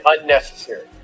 unnecessary